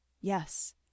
yes